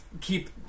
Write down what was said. keep